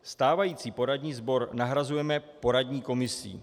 Stávající poradní sbor nahrazujeme poradní komisí.